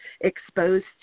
exposed